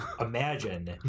imagine